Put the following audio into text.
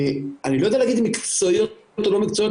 שאני לא יודע להגיד אם מקצועיות או לא מקצועיות